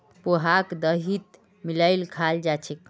पोहाक दहीत मिलइ खाल जा छेक